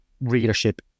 readership